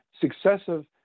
successive